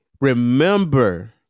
Remember